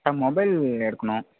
sir mobile எடுக்கணும்